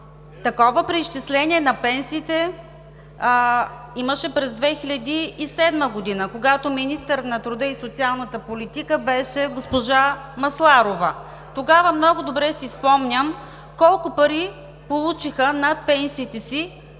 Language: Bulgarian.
Такова преизчисление на пенсиите имаше през 2007 г., когато министър на труда и социалната политика беше госпожа Масларова. Тогава много добре си спомням колко пари получиха над пенсиите